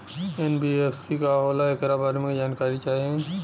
NBFC का होला ऐकरा बारे मे जानकारी चाही?